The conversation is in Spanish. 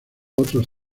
otros